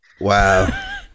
Wow